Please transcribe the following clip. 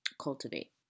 cultivate